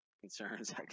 concerns